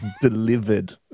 Delivered